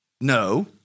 No